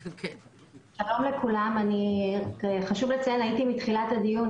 שלום לכולם, חשוב לציין, אני הייתי מתחילת הדיון.